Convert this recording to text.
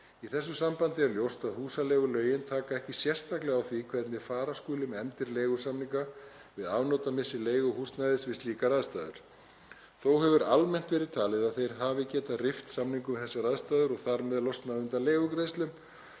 Í þessu sambandi er ljóst að húsaleigulögin taka ekki sérstaklega á því hvernig fara skuli með efndir leigusamninga við afnotamissi leiguhúsnæðis við slíkar aðstæður. Þó hefur almennt verið talið að þeir hafi getað rift samningnum við þessar aðstæður og þar með losnað undan leigugreiðslum,